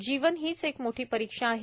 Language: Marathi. जीवन हीच एक मोठी परीक्षा आहे